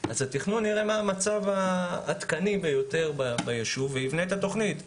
נראה מה המצב העדכני ביותר ביישוב ולפי זה יבנו את התוכנית.